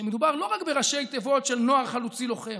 שמדובר לא רק בראשי תיבות של נוער חלוצי לוחם,